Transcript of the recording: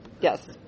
Yes